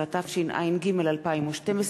19), התשע"ג 2012,